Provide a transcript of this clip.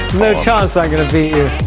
no chance that i'm going to beat you!